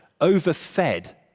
overfed